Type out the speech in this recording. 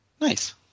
Nice